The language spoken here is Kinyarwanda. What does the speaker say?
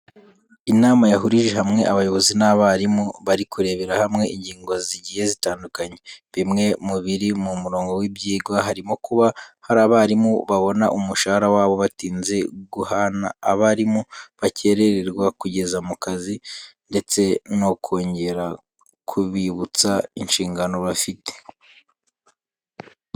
Inama yahurije hamwe abayobozi n'abarimu, bari kurebera hamwe ingingo zigiye zitandukanye. Bimwe mu biri mu murongo w'ibyigwa, harimo kuba hari abarimu babona umushahara wabo batinze, guhana abarimu bakerererwa kugera mu kazi ndetse no kongera kubibutsa inshingano bafite.